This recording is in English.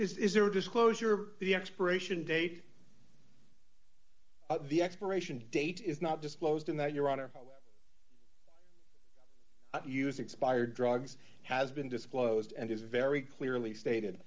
is there a disclosure the expiration date the expiration date is not disclosed and that your honor use expired drugs has been disclosed and is very clearly stated